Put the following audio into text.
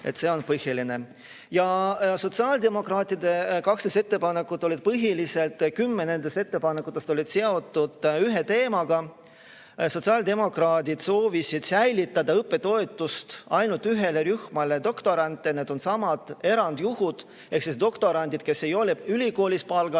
See on põhiline. Sotsiaaldemokraatide 12 ettepanekust põhilised ehk kümme olid seotud ühe teemaga. Sotsiaaldemokraadid soovisid säilitada õppetoetust ainult ühele rühmale doktorantidele. Need on samad erandjuhud ehk doktorandid, kes ei ole ülikoolis palgal